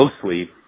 closely –